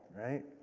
right?